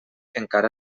encara